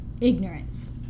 ignorance